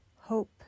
Hope